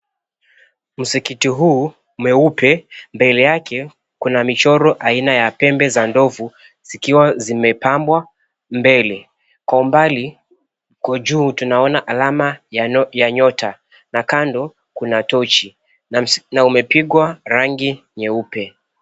Msikiti huu mweupe mbele yake kuna michoro aina ya pembe za ndovu zikiwa zimepambwa mbele. Kwa umbali, huko juu tunaona alama ya nyota na kando kuna tochi na umepigwa rangi nyeupe.